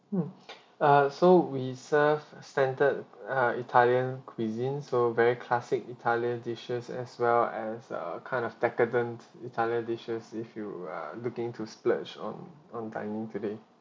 mm uh so we serve standard uh italian cuisine so very classic italian dishes as well as uh kind of decadent italia dishes if you are looking to splurge on on dining today